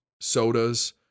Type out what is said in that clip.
sodas